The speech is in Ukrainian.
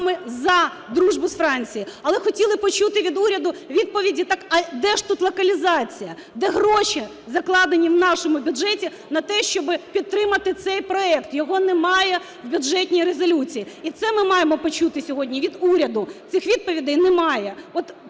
Але хотіли почути від уряду відповіді, так а де ж тут локалізація, де гроші, закладені в нашому бюджеті на те, щоб підтримати цей проект? Його немає в Бюджетній резолюції. І це ми маємо почути сьогодні від уряду. Цих відповідей немає.